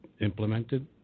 implemented